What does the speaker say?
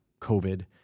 COVID